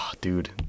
dude